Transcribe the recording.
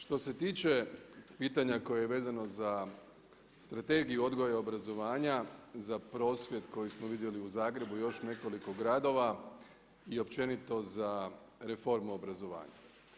Što se tiče pitanja koje je vezano za Strategiju odgoja obrazovanja, za prosvjed kojeg smo vidjeli u Zagrebu i još nekoliko gradova i općenito za reformu obrazovanja.